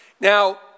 Now